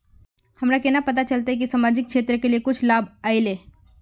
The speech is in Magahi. हमरा केना पता चलते की सामाजिक क्षेत्र के लिए कुछ लाभ आयले?